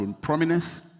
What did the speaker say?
prominence